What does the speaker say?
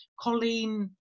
Colleen